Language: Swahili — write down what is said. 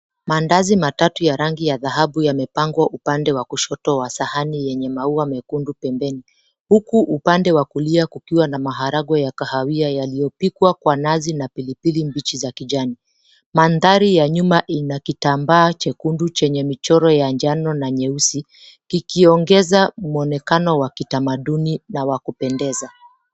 Maandazi matatu ya rangi ya dhahabu yamepangwa upande wa kushoto wa sahani yenye maua mekundu pembeni, huku upande wa kulia ukiwa na maharagwe ya kahawia yaliopikwa kwa nazi na pilipili mbichi za kijani. Maandhari ya nyuma inakitambaa chekundu chenye michoro ya njano na nyeusi kikiongeza mwonekano wa kitamaduni na wakupendeza.